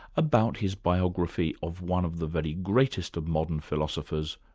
about his biography of one of the very greatest of modern philosophers,